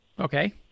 Okay